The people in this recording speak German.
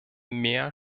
mehr